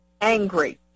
Angry